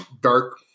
dark